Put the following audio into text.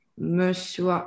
Monsieur